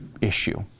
issue